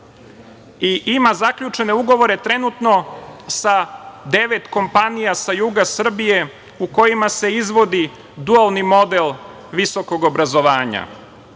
i ima zaključene ugovore trenutno sa devet kompanija sa juga Srbije u kojima se izvodi dualni model visokog obrazovanja. Takođe,